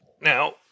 Now